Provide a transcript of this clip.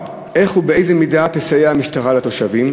איך ובאיזה מידה תסייע המשטרה לתושבים?